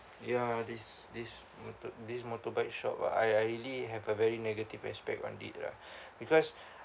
ya this this motor this motorbike shop ah I I really have a very negative aspect on it ah because